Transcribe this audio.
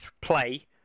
play